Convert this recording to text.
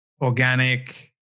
organic